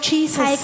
Jesus